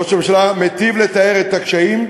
ראש הממשלה מיטיב לתאר את הקשיים,